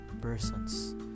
persons